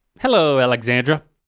hello alexandra.